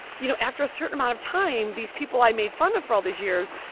you know, after a certain amount of time these people i made fun of for all these years,